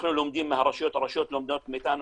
אנחנו לומדים מהרשויות והרשויות לומדות מאיתנו,